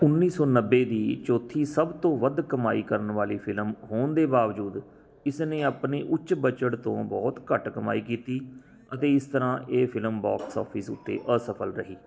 ਉੱਨੀ ਸੌ ਨੱਬੇ ਦੀ ਚੌਥੀ ਸਭ ਤੋਂ ਵੱਧ ਕਮਾਈ ਕਰਨ ਵਾਲੀ ਫ਼ਿਲਮ ਹੋਣ ਦੇ ਬਾਵਜੂਦ ਇਸ ਨੇ ਆਪਣੇ ਉੱਚ ਬਜਟ ਤੋਂ ਬਹੁਤ ਘੱਟ ਕਮਾਈ ਕੀਤੀ ਅਤੇ ਇਸ ਤਰ੍ਹਾਂ ਇਹ ਫ਼ਿਲਮ ਬਾਕਸ ਆਫਿਸ ਉੱਤੇ ਅਸਫਲ ਰਹੀ